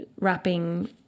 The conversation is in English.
wrapping